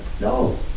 No